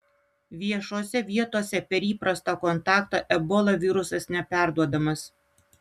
viešose vietose per įprastą kontaktą ebola virusas neperduodamas